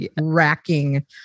racking